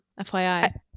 fyi